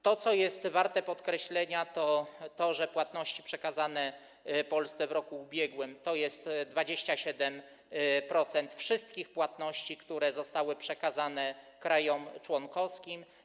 To, co jest warte podkreślenia, to to, że płatności przekazane Polsce w roku ubiegłym to jest 27% wszystkich płatności, które zostały przekazane krajom członkowskim.